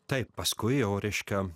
taip paskui jau reiškia